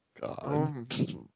god